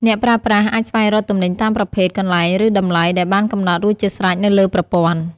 អ្នកប្រើប្រាស់អាចស្វែងរកទំនិញតាមប្រភេទ កន្លែង ឬតម្លៃ ដែលបានកំណត់រួចជាស្រេចនៅលើប្រព័ន្ធ។